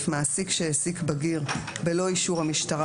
סייג לאחריות פלילית4א (א) מעסיק שהעסיק בגיר בלא אישור המשטרה,